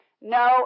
No